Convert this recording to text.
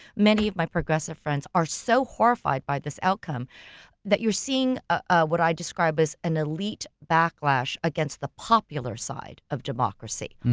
many of my progressive friends are so horrified by this outcome that you're seeing ah what i describe as an elite backlash against the popular side of democracy.